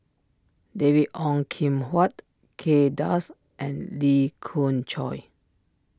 David Ong Kim Huat Kay Das and Lee Khoon Choy